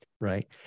right